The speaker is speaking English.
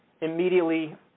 immediately